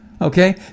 Okay